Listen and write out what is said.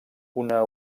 una